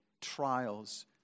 trials